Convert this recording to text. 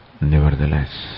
nevertheless